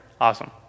Awesome